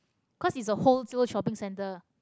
cause is a whole world shopping centre